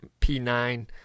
p9